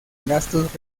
gastos